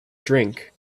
drink